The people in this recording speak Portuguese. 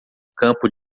campo